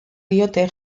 diote